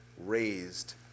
raised